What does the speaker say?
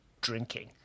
drinking